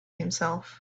himself